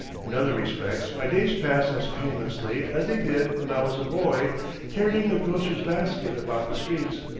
in other respects my days pass as painlessly as they did when i was a boy carrying a grocer's basket about the streets.